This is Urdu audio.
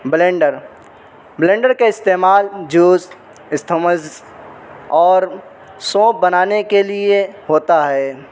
بلینڈر بلینڈر کا استعمال جوس اور سوپ بنانے کے لیے ہوتا ہے